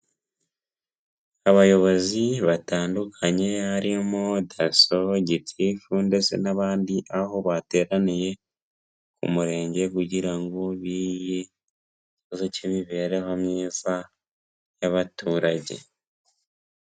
Abayobozi batandukanye harimo daso, gitifu ndetse n'abandi, aho bateraniye ku murenge kugira ngo bige ku kibazo cy'imibereho myiza y'abaturage.